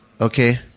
Okay